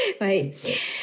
Right